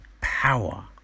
power